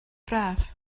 braf